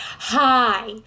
Hi